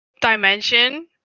dimension